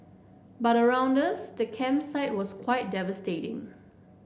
but around us the campsite was quite devastating